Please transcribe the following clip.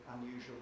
unusual